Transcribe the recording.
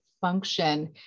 function